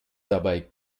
dabei